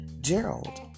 Gerald